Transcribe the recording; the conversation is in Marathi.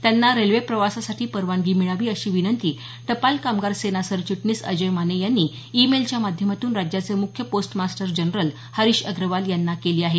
त्यांना रेल्वे प्रवासासाठी परवानगी मिळावी अशी विनंती टपाल कामगार सेना सरचिटणीस अजय माने यांनी ई मेलच्या माध्यमातून राज्याचे मुख्य post master general Harish Agarwal यांना केली आहे